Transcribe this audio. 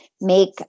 make